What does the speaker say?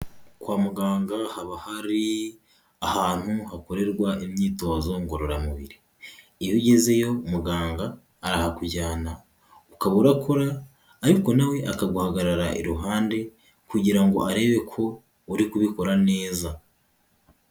Kwa muganga haba hari ahantu hakorerwa imyitozo ngororamubiri, iyo ugezeyo muganga arahakujyana, ukaba urakora ariko nawe akaguhagarara iruhande kugira ngo arebe ko uri kubikora neza.